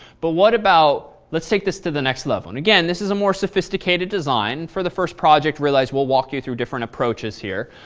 but what about let's take this to the next level. and again, this is a more sophisticated design. for the first project, realize, will walk you through different approaches here.